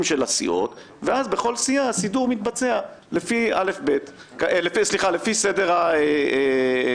של הסיעות ואז בכל סיעה הסידור מתבצע לפי סדר הרשימה.